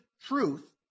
truth